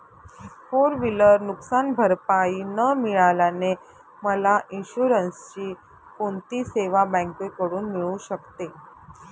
Four wheeler नुकसानभरपाई न मिळाल्याने मला इन्शुरन्सची कोणती सेवा बँकेकडून मिळू शकते?